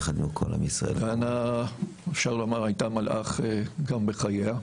דנה הייתה מלאך גם בחייה.